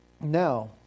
Now